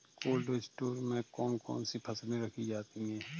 Cold storage में कौन कौन सी फसलें रखी जाती हैं?